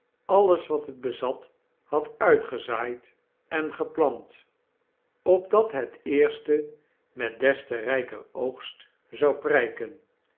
alles wat het bezat had uitgezaaid en geplant opdat het eerste met des te rper oogst zou prpen